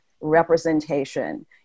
representation